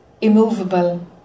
immovable